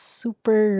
super